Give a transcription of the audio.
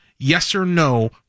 yes-or-no